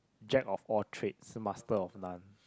jack of all trades master of none